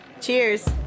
cheers